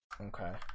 Okay